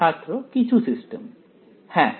ছাত্র কিছু সিস্টেম হ্যাঁ